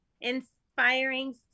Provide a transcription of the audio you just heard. inspiring